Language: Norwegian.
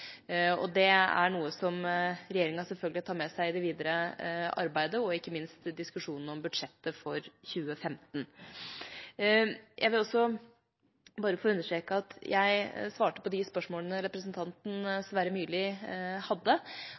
fått. Det er noe som regjeringa selvfølgelig tar med seg i det videre arbeidet, og ikke minst i diskusjonen om budsjettet for 2015. Jeg vil også bare få understreke at jeg svarte på de spørsmålene representanten Sverre Myrli hadde.